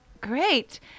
Great